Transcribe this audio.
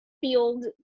field